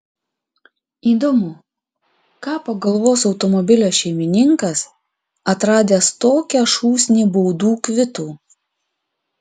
įdomu ką pagalvos automobilio šeimininkas atradęs tokią šūsnį baudų kvitų